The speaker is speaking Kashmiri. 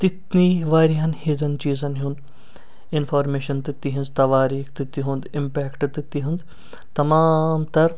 تِتھنٕے واریاہَن چیٖزَن ہیٛونٛد انفارمیشن تہٕ تِہنٛز تواریخ تہِ تِہُنٛد اِمپیکٹہٕ تہٕ تِہنٛد تمام تَر